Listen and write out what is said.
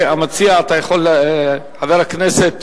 המציע, חבר הכנסת